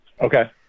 Okay